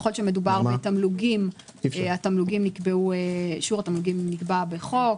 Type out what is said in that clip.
ככל שמדובר בתמלוגים, אישור התמלוגים נקבע בחוק.